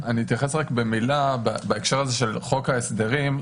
אני אתייחס רק במילה בהקשר הזה של חוק ההסדרים.